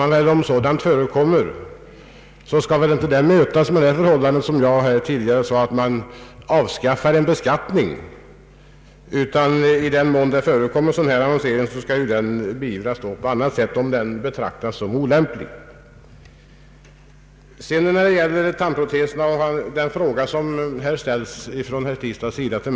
Men en sådan företeelse skall väl inte bemötas med att man avskaffar en beskattning. I den mån sådan här annonsering förekommer bör den beivras på annat sätt om den befinns vara olämplig. Herr Tistad ställde en fråga till mig beträffande tandproteser.